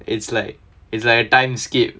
it's like it's like a time scape